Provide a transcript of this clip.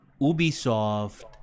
Ubisoft